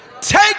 take